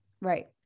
Right